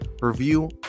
review